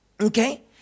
Okay